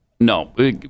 No